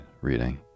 reading